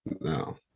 No